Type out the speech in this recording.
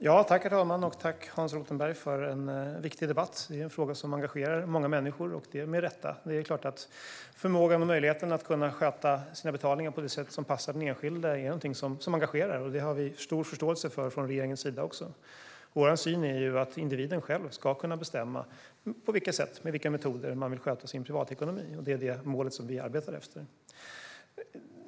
Herr talman! Tack, Hans Rothenberg, för en viktig debatt! Det här är en fråga som engagerar många människor, och det med rätta. Det är klart att förmågan och möjligheten att sköta sina betalningar på det sätt som passar den enskilde är någonting som engagerar. Det har vi stor förståelse för från regeringens sida. Vår syn är att individen själv ska kunna bestämma på vilket sätt och med vilka metoder man vill sköta sin privatekonomi. Det är det målet vi arbetar efter.